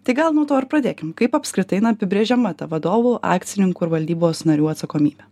tai gal nuo to ir pradėkim kaip apskritai na apibrėžiama ta vadovų akcininkų ir valdybos narių atsakomybė